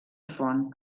font